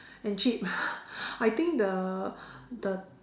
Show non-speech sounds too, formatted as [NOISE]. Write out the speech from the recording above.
and cheap [LAUGHS] I think the the